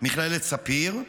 ממכללת ספיר,